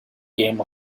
came